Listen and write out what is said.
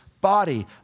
body